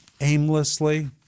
Aimlessly